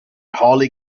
holly